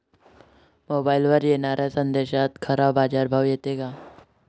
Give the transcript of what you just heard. मोबाईलवर येनाऱ्या संदेशात खरा बाजारभाव येते का?